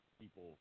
people